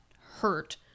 hurt